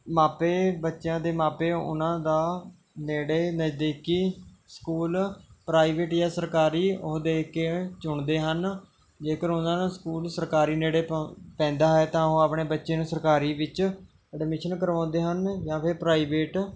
ਮਾਪੇ ਬੱਚਿਆਂ ਦੇ ਮਾਪੇ ਉਨ੍ਹਾਂ ਦਾ ਨੇੜੇ ਨਜ਼ਦੀਕੀ ਸਕੂਲ ਪ੍ਰਾਈਵੇਟ ਜਾਂ ਸਰਕਾਰੀ ਉਹ ਦੇਖ ਕੇ ਚੁਣਦੇ ਹਨ ਜੇਕਰ ਉਨ੍ਹਾਂ ਦਾ ਸਕੂਲ ਸਰਕਾਰੀ ਨੇੜੇ ਪੈ ਪੈਂਦਾ ਹੈ ਤਾਂ ਉਹ ਆਪਣੇ ਬੱਚਿਆਂ ਨੂੰ ਸਰਕਾਰੀ ਵਿੱਚ ਐਡਮੀਸ਼ਨ ਕਰਵਾਉਂਦੇ ਹਨ ਜਾਂ ਫਿਰ ਪ੍ਰਾਈਵੇਟ